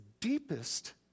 deepest